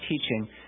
teaching